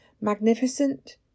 Magnificent